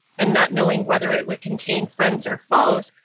and not knowing whether it would contain friends or foes,